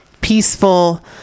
peaceful